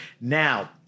now